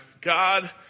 God